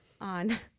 on